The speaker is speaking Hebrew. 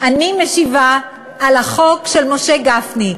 אני משיבה על החוק של משה גפני,